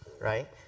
right